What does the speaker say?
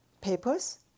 papers